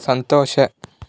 ಸಂತೋಷ